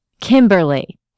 Kimberly